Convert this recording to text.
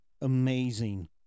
amazing